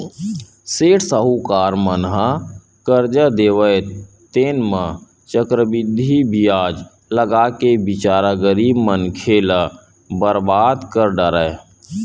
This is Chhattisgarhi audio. सेठ साहूकार मन ह करजा देवय तेन म चक्रबृद्धि बियाज लगाके बिचारा गरीब मनखे ल बरबाद कर डारय